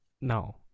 No